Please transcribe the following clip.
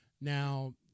now